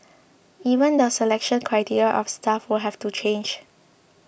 even the selection criteria of staff would have to change